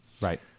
Right